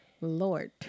lord